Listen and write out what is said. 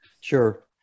Sure